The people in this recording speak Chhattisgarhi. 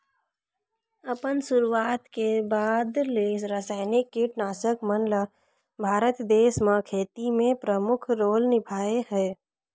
अपन शुरुआत के बाद ले रसायनिक कीटनाशक मन ल भारत देश म खेती में प्रमुख रोल निभाए हे